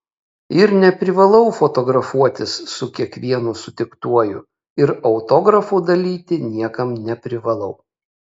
ir neprivalau fotografuotis su kiekvienu sutiktuoju ir autografų dalyti niekam neprivalau